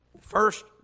First